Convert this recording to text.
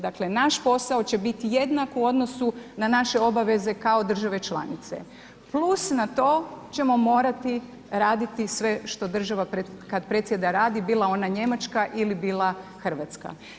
Dakle, naš posao će biti jednak u odnosu na naše obaveze kao države članice plus na to ćemo morati raditi sve što država kad predsjeda radi bila ona Njemačka ili bila Hrvatska.